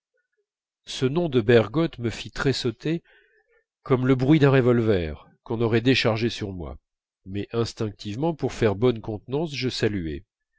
ce nom de bergotte me fit tressauter comme le bruit d'un revolver qu'on aurait déchargé sur moi mais instinctivement pour faire bonne contenance je saluai